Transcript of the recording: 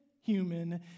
human